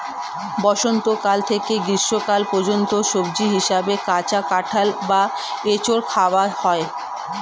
বসন্তকাল থেকে গ্রীষ্মকাল পর্যন্ত সবজি হিসাবে কাঁচা কাঁঠাল বা এঁচোড় খাওয়া হয়